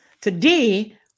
today